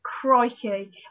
crikey